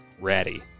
Ready